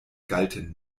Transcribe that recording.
galten